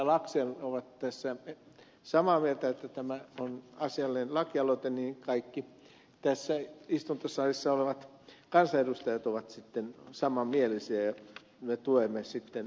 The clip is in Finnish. laxell ovat tässä samaa mieltä siitä että tämä on asiallinen lakialoite niin kaikki tässä istuntosalissa olevat kansanedustajat ovat sitten samanmielisiä ja me tuemme sitten